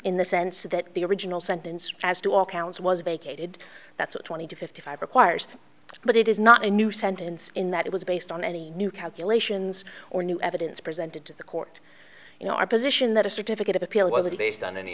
in the sense that the original sentence as to all counts was vacated that's what twenty to fifty five requires but it is not a new sentence in that it was based on any new calculations or new evidence presented to the court you know our position that a certificate of appeal was to based on any